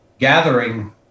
gathering